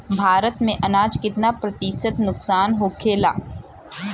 भारत में अनाज कितना प्रतिशत नुकसान होखेला?